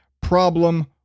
problem